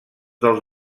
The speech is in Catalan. dels